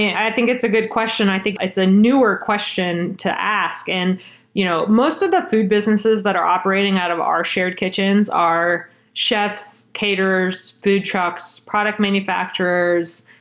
yeah i think it's a good question. i think it's a newer question to ask. and you know most of the food businesses that are operating out of our shared kitchens are chefs, caterers, food trucks, product manufacturers,